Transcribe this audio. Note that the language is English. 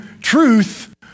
truth